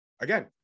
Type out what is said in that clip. Again